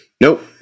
Nope